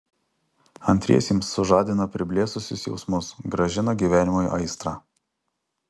antriesiems sužadina priblėsusius jausmus grąžina gyvenimui aistrą